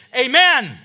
Amen